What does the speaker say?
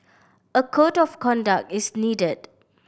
a code of conduct is needed